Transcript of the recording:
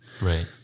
Right